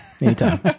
Anytime